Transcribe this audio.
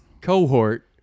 cohort